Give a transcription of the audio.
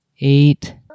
Eight